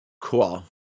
cool